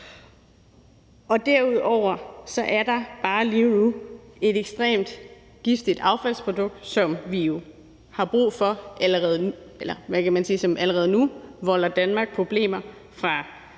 Derudover er der bare lige et ekstremt giftigt affaldsprodukt, som allerede nu volder Danmark problemer,